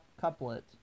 couplet